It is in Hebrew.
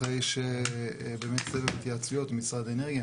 אחרי באמת סבב התייעצויות עם משרד האנרגיה,